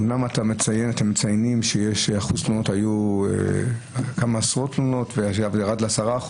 אומנם אתם מציינים שהיו כמה עשרות תלונות וזה ירד ל-10%,